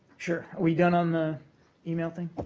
sure. are we done on the email thing?